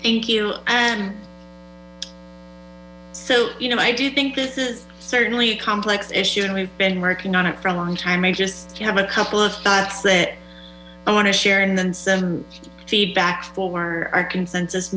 one thank you and so you know i do think this is certainly a complex issue and we've been working on it for a long time i just have a couple of thoughts that i want to share and then some feedback for our consensus